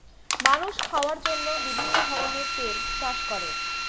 মানুষ খাওয়ার জন্য বিভিন্ন ধরনের তেল চাষ করে